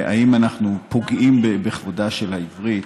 האם אנחנו פוגעים בכבודה של העברית?